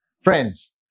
Friends